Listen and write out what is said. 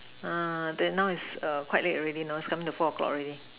ah then now is err quite late already know it's coming to four o clock already